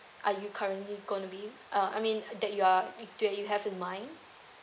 are you currently gonna be uh I mean that you are do you have in mind